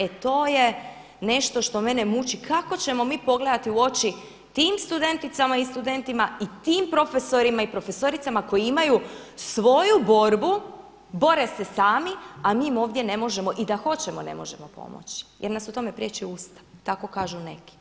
E to je nešto što mene muči kako ćemo mi pogledati u oči tim studenticama i studentima i tim profesorima i profesoricama koji imaju svoju borbu, bore se sami, a mi im ovdje ne možemo i da hoćemo ne možemo pomoći jer nas u tome priječi Ustav, tako kažu neki.